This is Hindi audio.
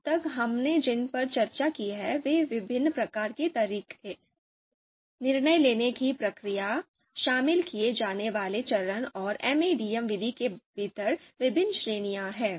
अब तक हमने जिन पर चर्चा की है वे विभिन्न प्रकार के तरीके निर्णय लेने की प्रक्रिया शामिल किए जाने वाले चरण और एमएडीएम विधि के भीतर विभिन्न श्रेणियां हैं